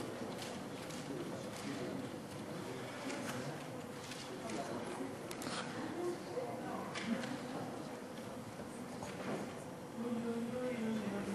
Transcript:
בבקשה.